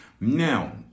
now